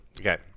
Okay